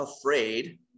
afraid